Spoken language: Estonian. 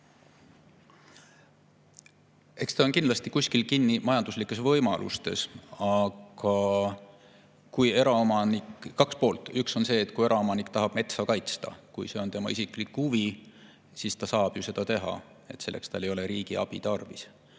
Eks see ole kindlasti kinni majanduslikes võimalustes. Siin on kaks poolt. Üks on see, et kui eraomanik tahab metsa kaitsta, kui see on tema isiklik huvi, siis ta saab seda teha, selleks ei ole tal riigi abi tarvis.